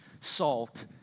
salt